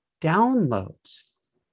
downloads